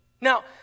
Now